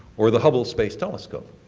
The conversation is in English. or the hubble space telescope.